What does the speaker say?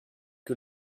que